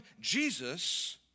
Jesus